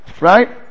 Right